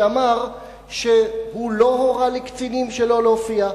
שאמר שהוא לא הורה לקצינים שלא להופיע.